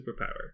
superpower